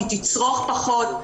היא תצרוך פחות.